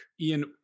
Ian